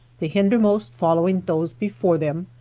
the hindermost following those before them,